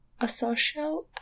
asocial